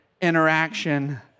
interaction